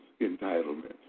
entitlements